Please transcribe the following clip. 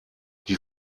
die